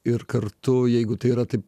ir kartu jeigu tai yra taip